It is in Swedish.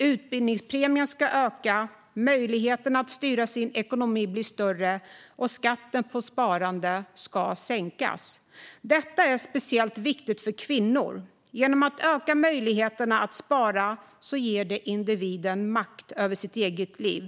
Utbildningspremien behöver öka, möjligheterna att styra sin ekonomi bli större och skatten på sparande sänkas. Detta är speciellt viktigt för kvinnor. Genom att man ökar möjligheterna att spara ger man individen makt över sitt eget liv.